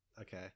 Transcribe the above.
okay